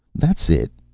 that's it!